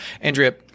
Andrea